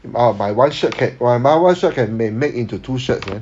orh my one shirt can my one shirt can make into two shirts